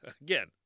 Again